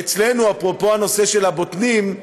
אצלנו, אפרופו הנושא של הבוטנים,